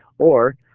or